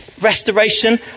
Restoration